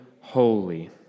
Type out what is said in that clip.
holy